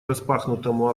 распахнутому